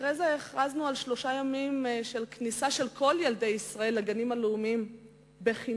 הכרזנו על שלושה ימים של כניסה של כל ילדי ישראל לגנים הלאומיים בחינם.